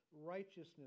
righteousness